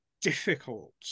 difficult